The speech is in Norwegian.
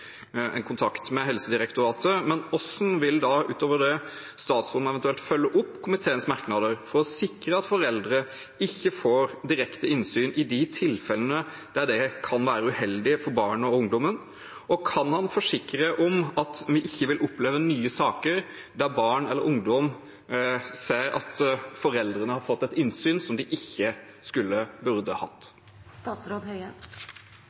en kontakt med Helsedirektoratet, men hvordan vil statsråden utover det eventuelt følge opp komiteens merknader for å sikre at foreldre ikke får direkte innsyn i de tilfellene der det kan være uheldig for barnet/ungdommen? Og kan han forsikre om at vi ikke vil oppleve nye saker der barn/ungdom ser at foreldrene har fått et innsyn som de ikke skulle eller burde